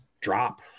drop